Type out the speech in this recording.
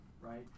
right